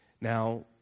Now